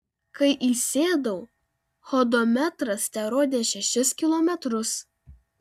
kai įsėdau hodometras terodė šešis kilometrus